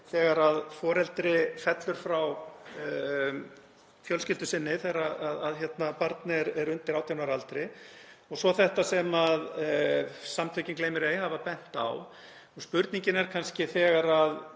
þegar foreldri fellur frá fjölskyldu sinni þegar barn er undir 18 ára aldri og svo þetta sem samtökin Gleym mér ei hafa bent á. Spurningin er kannski, alla